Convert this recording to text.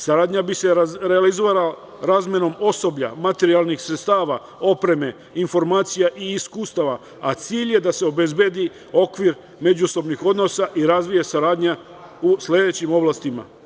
Saradnja bi se realizovala razmenom osoblja, materijalnih sredstava, opreme, informacija i iskustava, a cilj je da se obezbedi okvir međusobnih odnosa i razvije saradnja u sledećim oblastima.